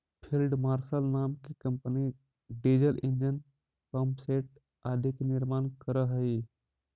field marshal नाम के company diesel engine, pumpset आदि के निर्माण करऽ हई